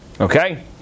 Okay